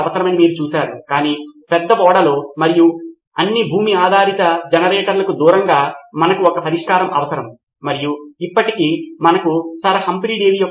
ఇప్పుడు మనము వాట్సాప్ కంటే ఒక అడుగు ముందుకు వేస్తున్నాము మరియు ఈ రకమైన రిపోజిటరీని ఆ రకమైన అప్లికషన్ లో పొందుపరుస్తున్నాము తద్వారా ఆ అప్లికషన్ ద్వారా భాగస్వామ్యం జరగవచ్చు మరియు మీకు ఆ రకమైన అప్లికేషన్లో సరైన రిపోజిటరీ ఉంది